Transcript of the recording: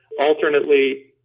alternately